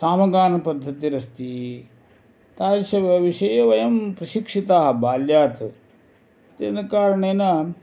सामगानपद्धतिरस्ति तादृश व विषये वयं प्रशिक्षिताः बाल्यात् तेन कारणेन